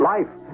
Life